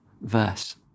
verse